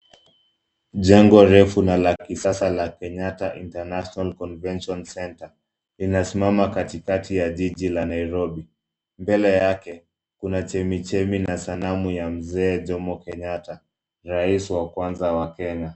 Jengo refu na la kisasa la Kenyatta international Convention centre linasimama katika ya jiji la Nairobi Mbele yake kuna chemichemi na sanamu ya mzee kenyatta rais wa kwanza wa kenya.